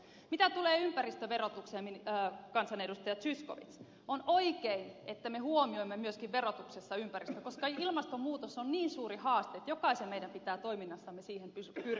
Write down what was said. mitä tulee ympäristöverotukseen kansanedustaja zyskowicz on oikein että me huomioimme myöskin verotuksessa ympäristön koska ilmastonmuutos on niin suuri haaste että jokaisen meidän pitää toiminnassamme siihen pyrkiä vastaamaan